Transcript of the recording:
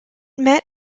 met